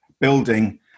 building